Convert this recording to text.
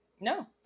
No